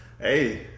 Hey